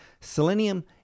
Selenium